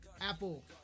Apple